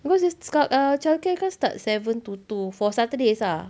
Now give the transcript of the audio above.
because it's kalau err childcare kan start seven to two for saturdays ah